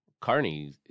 Carney